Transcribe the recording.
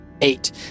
eight